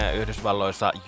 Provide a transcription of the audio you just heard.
Yhdysvalloissa